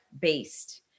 based